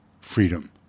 Freedom